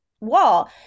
wall